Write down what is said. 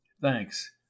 Thanks